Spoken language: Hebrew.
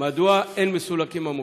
2. מדוע אין מסולקים המוקשים?